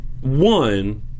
One